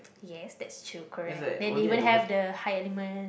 yes that's true correct then they even have the high element